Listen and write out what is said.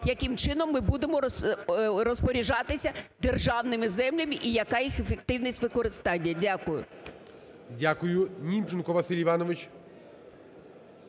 яким чином ми будемо розпоряджатися державними землями і яка їх ефективність використання. Дякую.